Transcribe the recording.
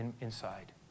inside